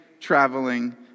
traveling